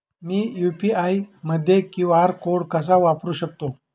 मी UPI मध्ये QR code कसा वापरु शकते?